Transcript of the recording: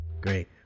Great